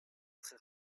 très